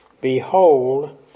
Behold